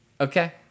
Okay